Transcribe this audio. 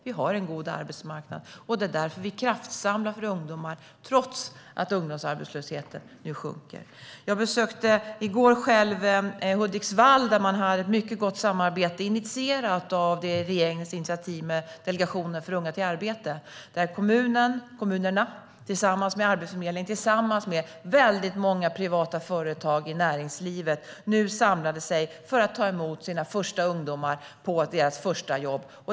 Vi har en god arbetsmarknad, och det är därför vi kraftsamlar för ungdomar, trots att ungdomsarbetslösheten nu sjunker. Jag besökte i går Hudiksvall, där man har ett mycket gott samarbete som kommit till stånd genom regeringens initiativ med Delegationen för unga till arbete. Kommunerna samlar sig nu tillsammans med Arbetsförmedlingen och väldigt många privata företag i näringslivet för att ta emot sina första ungdomar på deras första jobb.